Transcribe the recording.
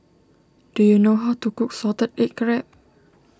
do you know how to cook Salted Egg Crab